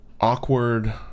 awkward